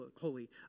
holy